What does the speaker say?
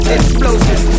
Explosive